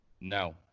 No